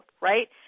right